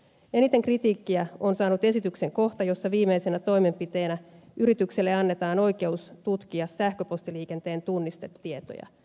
eniten kritiikkiä on saanut esityksen kohta jossa viimeisenä toimenpiteenä yritykselle annetaan oikeus tutkia sähköpostiliikenteen tunnistetietoja